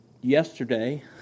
yesterday